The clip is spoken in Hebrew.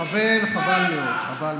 חבל מאוד.